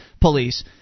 police